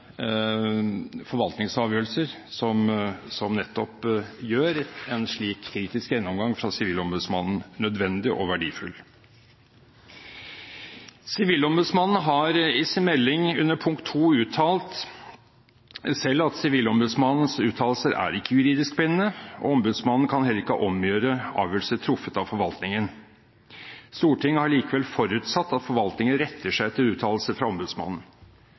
forvaltningsavgjørelser som nettopp gjør en slik kritisk gjennomgang fra Sivilombudsmannen nødvendig og verdifull. Sivilombudsmannen har i sin melding under punkt 2 selv uttalt: «Sivilombudsmannens uttalelser er ikke juridisk bindende, og ombudsmannen kan heller ikke omgjøre avgjørelser truffet av forvaltningen. Stortinget har likevel forutsatt at forvaltningen retter seg etter uttalelser fra ombudsmannen.»